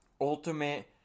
ultimate